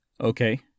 Okay